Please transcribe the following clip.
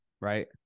right